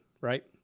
Right